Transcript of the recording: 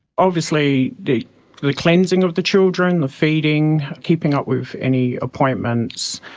obviously the the cleansing of the children, the feeding, keeping up with any appointments,